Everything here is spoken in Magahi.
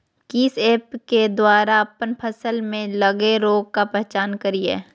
किस ऐप्स के द्वारा अप्पन फसल में लगे रोग का पहचान करिय?